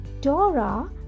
Dora